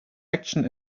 action